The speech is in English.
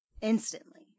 instantly